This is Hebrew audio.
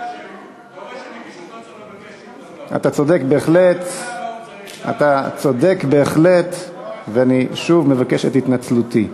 להגיע להצביע, ואני גם מבקש להתנצל על כך.